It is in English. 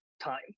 time